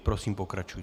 Prosím, pokračujte.